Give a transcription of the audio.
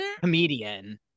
comedian